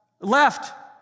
left